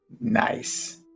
Nice